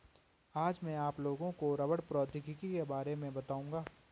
आज मैं आप लोगों को रबड़ प्रौद्योगिकी के बारे में बताउंगा